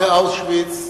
אחרי אושוויץ,